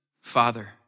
Father